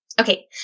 Okay